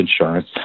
insurance